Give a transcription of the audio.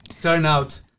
turnout